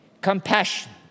Compassion